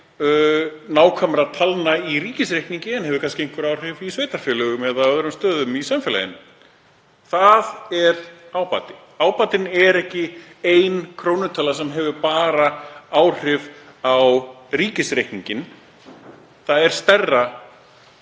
nákvæma tölu í ríkisreikningi en hefur kannski einhver áhrif í sveitarfélögum eða á öðrum stöðum í samfélaginu. Það er ábati. Ábatinn er ekki ein krónutala sem hefur bara áhrif á ríkisreikninginn. Það er stærra